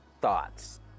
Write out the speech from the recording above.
thoughts